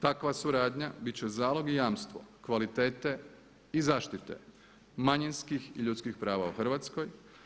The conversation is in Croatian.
Takva suradnja biti će zalog i jamstvo kvalitete i zaštite manjinskih i ljudskih prava u Hrvatskoj.